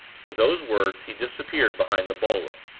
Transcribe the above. with those words, he disappeared behind the bulwark.